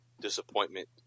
disappointment